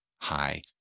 high